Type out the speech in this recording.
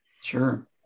Sure